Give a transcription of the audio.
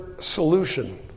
solution